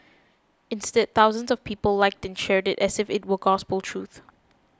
instead thousands of people liked and shared it as if it were gospel truth